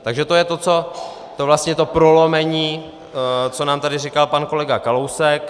Takže to je vlastně to prolomení, co nám tady říká pan kolega Kalousek.